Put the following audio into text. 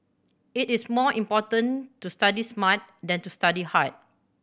it is more important to study smart than to study hard